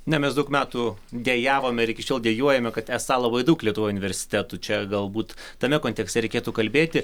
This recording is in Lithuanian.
ne mes daug metų dejavome ir iki šiol dejuojame kad esą labai daug lietuvoje universitetų čia galbūt tame kontekste reikėtų kalbėti